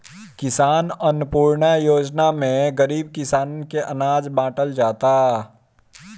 किसान अन्नपूर्णा योजना में गरीब किसान के अनाज बाटल जाता